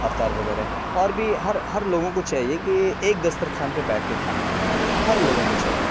افطار وغیرہ اور بھی ہر ہر لوگوں کو چاہیے کہ ایک دسترخوان پہ بیٹھ کے کھانا کھائے ہر لوگوں کو چاہیے